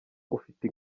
ufite